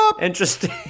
Interesting